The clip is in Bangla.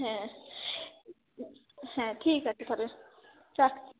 হ্যাঁ হ্যাঁ ঠিক আছে তাহলে রাখছি